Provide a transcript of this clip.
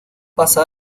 pasa